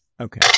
Okay